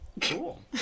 Cool